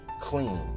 clean